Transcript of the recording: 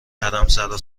حرمسرا